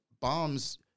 bombs